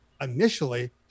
initially